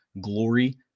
glory